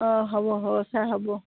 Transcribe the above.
অঁ হ'ব হ'ব ছাৰ হ'ব